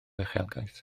uchelgais